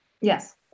Yes